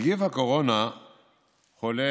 נגיף הקורונה חולל